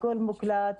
הכול מוקלט,